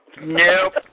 Nope